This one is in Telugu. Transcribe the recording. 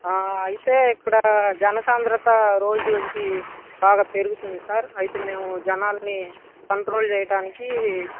అయితే ఇక్కడ జనసాంద్రత రోజురోజుకి బాగా పెరుగుతుంది సార్ అయితే మేము జనాల్ని కంట్రోల్ చేయటానికి